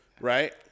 right